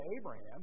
Abraham